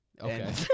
Okay